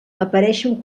apareixen